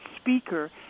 speaker